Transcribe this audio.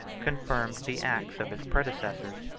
confirmed the acts of his predecessors,